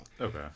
Okay